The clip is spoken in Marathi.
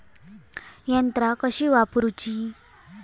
यंत्रा कशी वापरूची?